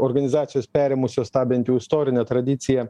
organizacijos perėmusios tą bent jau istorinę tradiciją